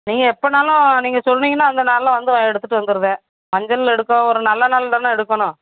நீங்கள் எப்போதுனாலும் நீங்கள் சொன்னிங்கன்னா அந்த நாளில் வந்து எடுத்துகிட்டு வந்திருவேன் மஞ்சள் எடுக்க ஒரு நல்ல நாளில் தானே எடுக்கணும்